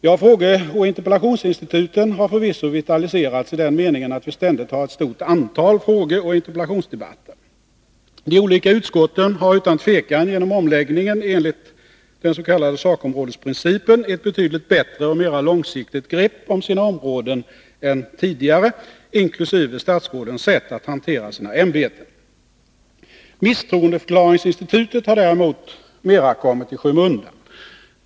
Ja, frågeoch interpellationsinstituten har förvisso vitaliserats i den meningen att vi ständigt har ett stort antal frågeoch interpellationsdebatter. De olika utskotten har utan tvivel genom omläggningen enligt den s.k. sakområdesprincipen ett betydligt bättre och mera långsiktigt grepp om sina områden än tidigare, inkl. statsrådens sätt att hantera sina ämbeten. Misstroendeförklaringsinstitutet har däremot mera kommit i skymundan.